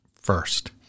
first